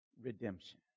redemption